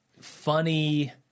funny